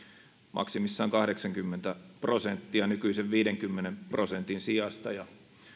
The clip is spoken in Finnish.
maksimissaan kahdeksankymmentä prosenttia nykyisen viidenkymmenen prosentin sijasta